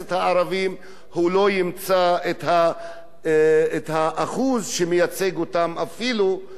הוא לא ימצא את האחוז שמייצג אותם אפילו בכנסת.